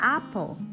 Apple